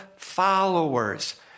followers